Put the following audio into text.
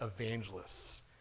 evangelists